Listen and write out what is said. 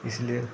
इसलिए